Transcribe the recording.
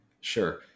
Sure